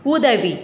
உதவி